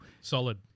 Solid